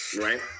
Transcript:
Right